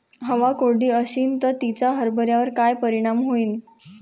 हवा कोरडी अशीन त तिचा हरभऱ्यावर काय परिणाम होईन?